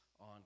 on